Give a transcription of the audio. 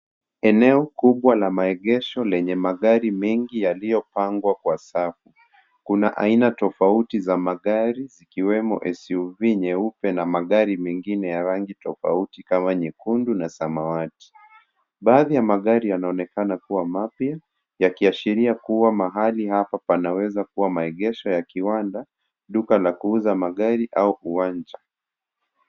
Eneo kubwa la maegeesho lenye magari mengi yaliyopangwa kwa safu. Kuna aina tofauti za magari zikiwemo SUV nyeupe na magari mengine ya rangi tofauti kama nyekundu na samawati . Baadhi ya magari yanaonekana kuwa mapya yakiashiria kuwa mahali hapa panaweza kuwa maegesho ulya kiwanda, duka la kuuza magari au uwanja.